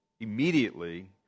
Immediately